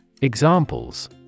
Examples